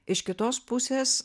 iš kitos pusės